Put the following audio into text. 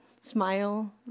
smile